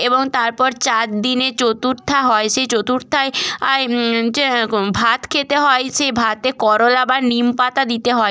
এবং তারপর চার দিনে চতুর্থা হয় সেই চতুর্থায় আয় যে এরকম ভাত খেতে হয় সে ভাতে করলা বা নিমপাতা দিতে হয়